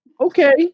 okay